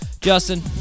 Justin